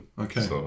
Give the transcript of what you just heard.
Okay